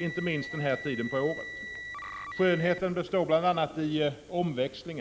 inte minst den här tiden på året. Skönheten består bl.a. i omväxlingen.